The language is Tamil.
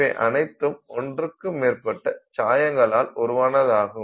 இவை அனைத்தும் ஒன்றுக்கு மேற்பட்ட சாயங்களால் உருவானதாகும்